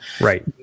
Right